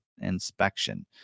Inspection